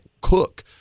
cook